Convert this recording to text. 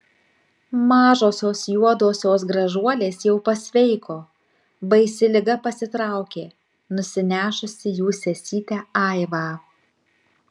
mažosios juodosios gražuolės jau pasveiko baisi liga pasitraukė nusinešusi jų sesytę aivą